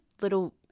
little